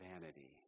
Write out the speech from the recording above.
vanity